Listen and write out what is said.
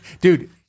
Dude